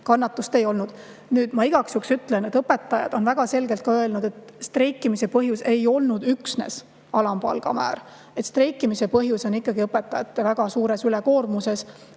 kannatust ei olnud. Nüüd ma igaks juhuks ütlen, et õpetajad on väga selgelt ka öelnud, et streikimise põhjus ei olnud üksnes alampalga määr. Streikimise põhjus on ikkagi õpetajate väga suur ülekoormus